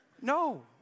no